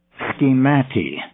schemati